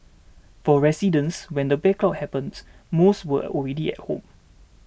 for residents when the blackout happened most were already at home